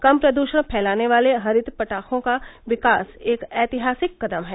कम प्रदूषण फैलाने वाले हरित पटाखो का विकास एक ऐतिहासिक कदम है